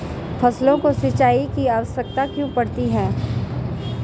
फसलों को सिंचाई की आवश्यकता क्यों पड़ती है?